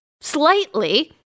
slightly